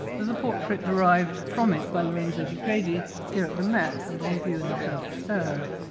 there's a portrait derived from it by lorenzo di credi here at the met and on view in the show upstairs.